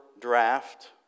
draft